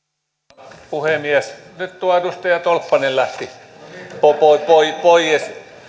arvoisa puhemies nyt tuo edustaja tolppanen lähti pois